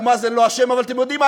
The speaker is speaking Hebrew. שאבו מאזן לא אשם, אתם יודעים מה?